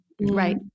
Right